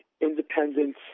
independence